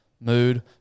mood